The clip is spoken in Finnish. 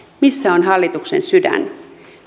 missä on hallituksen sydän